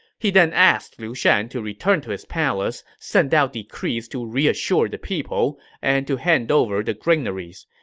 he then asked liu shan to return to his palace, send out decrees to reassure the people, and to hand over the granaries.